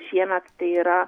šiemet tai yra